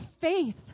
faith